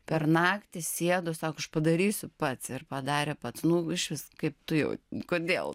per naktį sėdo sako aš padarysiu pats ir padarė pats nu iš vis kaip tu jau kodėl